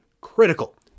critical